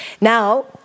Now